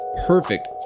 perfect